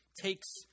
takes